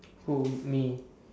who me